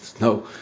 No